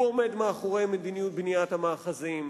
הוא עומד מאחורי מדיניות בניית המאחזים,